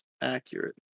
accurate